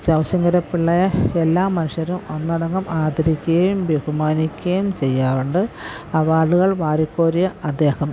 ശിവശങ്കരപിള്ളയെ എല്ലാ മനുഷ്യരും ഒന്നടങ്കം ആദരിക്കുകയും ബഹുമാനിക്കുകയും ചെയ്യാറുണ്ട് അവാർഡുകൾ വാരിക്കോരിയ അദ്ദേഹം